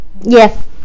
yes